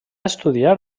estudiar